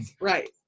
right